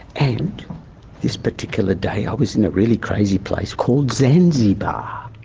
and this particular day i was in a really crazy place called zanzibar.